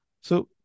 So-